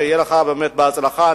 באמת בהצלחה,